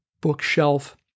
bookshelf